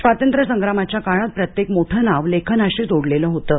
स्वातंत्र्य संग्रामाच्या काळात प्रत्येक मोठं नाव लेखनाशी जोडलेलं होतं